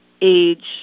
age